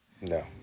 No